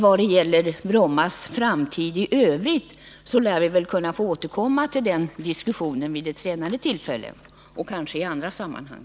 Vad gäller Brommas framtid i övrigt lär vi få återkomma till den diskussionen vid ett senare tillfälle och kanske i andra sammanhang.